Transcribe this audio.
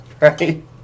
right